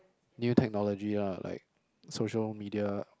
new technology lah like social media